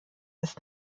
ist